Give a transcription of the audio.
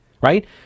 right